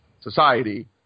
society